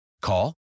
Call